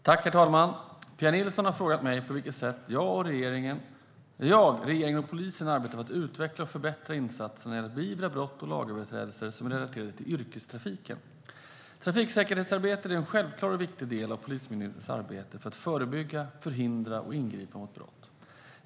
Herr talman! Pia Nilsson har frågat mig på vilket sätt jag, regeringen och polisen arbetar för att utveckla och förbättra insatserna när det gäller att beivra brott och lagöverträdelser som är relaterade till yrkestrafiken. Trafiksäkerhetsarbetet är en självklar och viktig del av Polismyndighetens arbete för att förebygga, förhindra och ingripa mot brott.